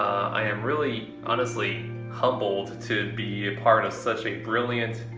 i am really honestly humbled to be a part of such a brilliant,